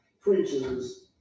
preachers